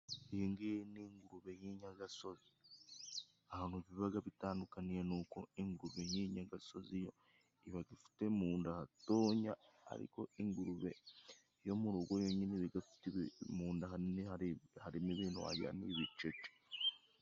Iyingiyi ni ingurube y'inyagasozi. Ahantu biba bitandukaniye ni uko ingurube y'inyagasozi yo iba ifite mu nda hatoya, ariko ingurube yo mu rugo yo nyine iba ifite munda hanini, harimo ibintu wagira ngo ni ibicece.